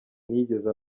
ntiyigeze